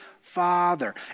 father